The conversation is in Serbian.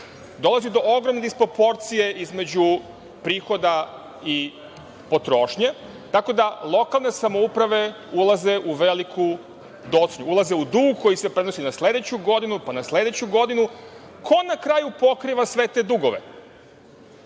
dolazi do ogromne disproporcije između prihoda i potrošnje, tako da lokalne samouprave ulaze u veliku docnju, ulaze u dug koji se prenosi na sledeću godinu, pa na sledeću godinu. Ko na kraju pokriva sve te dugove? Ovde